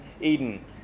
Eden